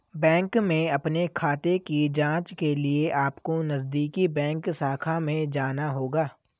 bank में अपने खाते की जांच के लिए अपको नजदीकी बैंक शाखा में जाना होगा